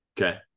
Okay